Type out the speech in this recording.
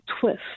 twist